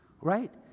right